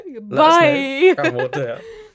Bye